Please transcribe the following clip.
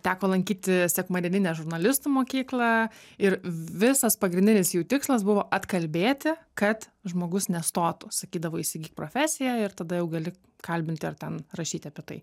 teko lankyti sekmadieninę žurnalistų mokyklą ir visas pagrindinis jų tikslas buvo atkalbėti kad žmogus nestotų sakydavo įsigyk profesiją ir tada jau gali kalbinti ar ten rašyti apie tai